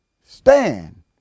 Stand